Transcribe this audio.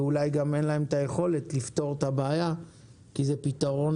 ואולי גם אין להם את היכולת לפתור את הבעיה כי זה פתרון